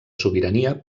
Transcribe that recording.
sobirania